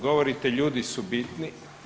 Govorite, ljudi su bitni.